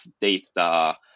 data